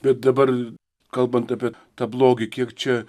bet dabar kalbant apie tą blogį kiek čia